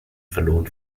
verloren